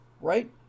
right